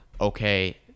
okay